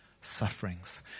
Sufferings